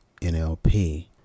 NLP